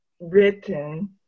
written